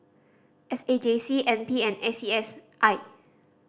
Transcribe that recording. S A J C N P and A C S I